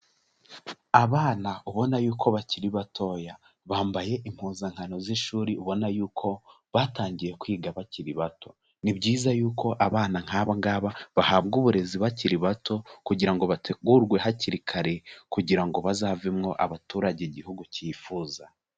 Abana ubona yuko bakiri batoya, bambaye impuzankano z'ishuri, ubona yuko batangiye kwiga bakiri bato. Ni byiza yuko abana nk'aba bahabwa uburezi bakiri bato, kugira ngo bategurwe hakiri kare, kugira ngo bazave mwo abaturage igihugu cyifuza.